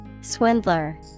Swindler